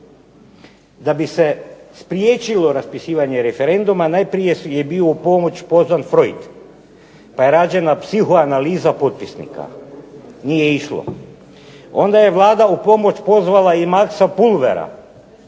Da bi se spriječilo raspisivanje referenduma najprije je bio u pomoć pozvan .../Govornik se ne razumije./... pa je rađena psiho analiza potpisnika. Nije išlo. Onda je Vlada u pomoć pozvala i Marksa Pulvera,